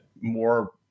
more